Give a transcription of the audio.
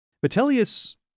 Vitellius